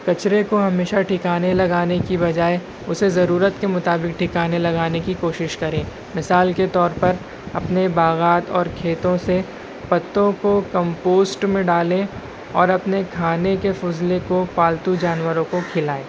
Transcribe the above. کچرے کو ہمیشہ ٹھکانے لگانے کی بجائے اسے ضرورت کے مطابق ٹھکانے لگانے کی کوشش کریں مثال کے طور پر اپنے باغات اور کھیتوں سے پتوں کو کمپوسٹ میں ڈالیں اور اپنے کھانے کے فضلے کو پالتو جانوروں کو کھلائیں